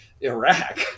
Iraq